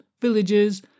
villages